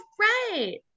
right